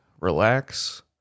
relax